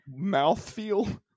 Mouthfeel